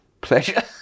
pleasure